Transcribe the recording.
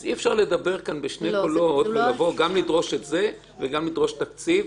אז אי אפשר לדבר בשני קולות ולבוא ולדרוש גם את זה וגם לדרוש תקציב.